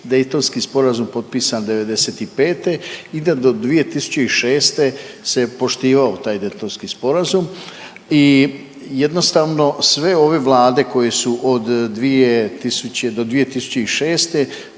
Daytonski sporazum potpisan '95. i da do 2006. se je poštivao taj Daytonski sporazum i jednostavno sve ove vlade koje su od 2000. do 2006.